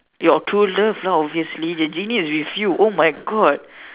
your true love lah obviously the genie is with you oh my God